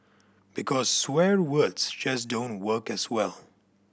because swear words just don't work as well